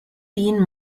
been